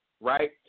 right